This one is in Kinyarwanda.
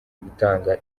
gutanga